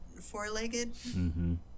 Four-legged